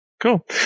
Cool